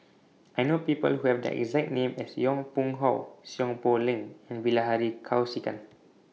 I know People Who Have The exact name as Yong Pung How Seow Poh Leng and Bilahari Kausikan